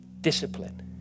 Discipline